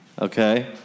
Okay